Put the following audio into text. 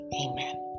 amen